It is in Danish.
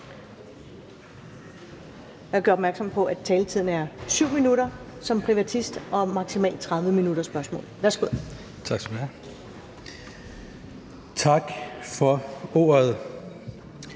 Jeg gør opmærksom på, at taletiden er 7 minutter for en privatist, og der er maksimalt 30 minutter til spørgsmål. Værsgo. Kl.